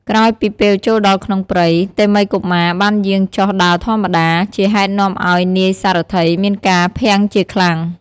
ក្រោយពីពេលចូលដល់ក្នុងព្រៃ តេមិយកុមារបានយាងចុះដើរធម្មតា ជាហេតុនាំឲ្យនាយសារថីមានការភាំងជាខ្លាំង។